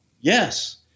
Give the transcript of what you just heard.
Yes